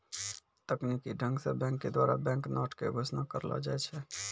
तकनीकी ढंग से बैंक के द्वारा बैंक नोट के घोषणा करलो जाय छै